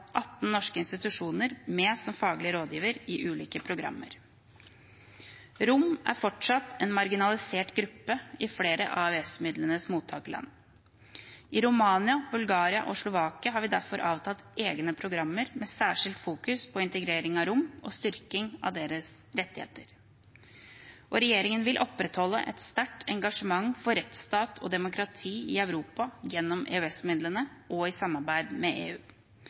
18 norske institusjoner med som faglige rådgivere i ulike programmer. Rom er fortsatt en marginalisert gruppe i flere av EØS-midlenes mottakerland. I Romania, Bulgaria og Slovakia har vi derfor avtalt egne programmer med særskilt fokus på integrering av rom og styrking av deres rettigheter. Regjeringen vil opprettholde et sterkt engasjement for rettsstat og demokrati i Europa gjennom EØS-midlene og i samarbeid med EU.